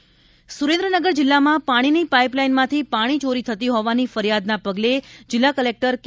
પાણી ચોરી સુરેન્દ્રનગર જિલ્લામાં પાણીની પાઇપલાઇનમાંથી પાણી ચોરી થતી હોવાની ફરિયાદના પગલે જિલ્લા કલેક્ટર કે